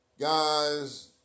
guys